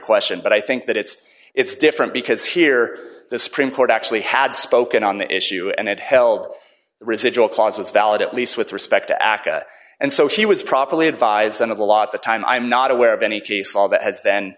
question but i think that it's it's different because here the supreme court actually had spoken on the issue and it held the residual clause was valid at least with respect to aca and so she was properly advised on the law at the time i'm not aware of any